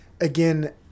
Again